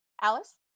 alice